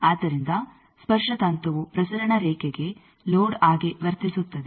ಆದ್ದರಿಂದ ಸ್ಪರ್ಶ ತಂತುವು ಪ್ರಸರಣ ರೇಖೆಗೆ ಲೋಡ್ ಆಗಿ ವರ್ತಿಸುತ್ತದೆ